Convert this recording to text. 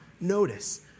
notice